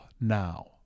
now